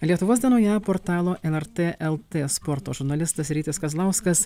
lietuvos dienoje portalo lrt lt sporto žurnalistas rytis kazlauskas